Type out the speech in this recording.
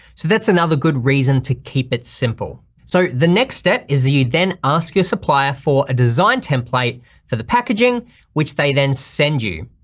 so that's another good reason to keep it simple. so the next step is you then ask your supplier for a design template for the packaging which they then send you.